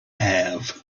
have